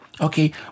Okay